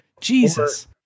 Jesus